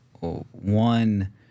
One